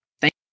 Thank